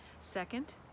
second